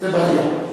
זו בעיה.